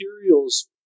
materials